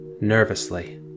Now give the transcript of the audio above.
nervously